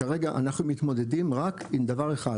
כרגע אנחנו מתמקדים רק עם דבר אחד,